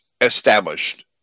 established